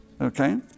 okay